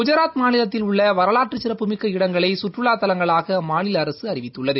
குஜராத் மாநிலத்தில் உள்ள வரலாற்று சிறப்புமிக்க இடங்களை கற்றுலா தலங்களாக அம்மாநில அரசு அறிவித்துள்ளது